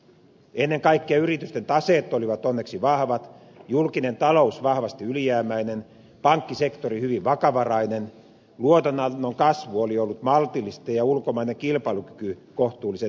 ennen kaikkea yritysten taseet olivat onneksi vahvat julkinen talous vahvasti ylijäämäinen pankkisektori hyvin vakavarainen luotonannon kasvu oli ollut maltillista ja ulkomainen kilpailukyky kohtuullisen hyvä